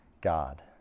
God